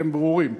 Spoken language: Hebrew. הם ברורים.